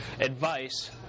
advice